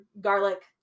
garlic